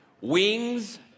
wings